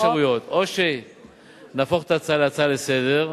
יש שתי אפשרויות: או שנהפוך את ההצעה להצעה לסדר-היום,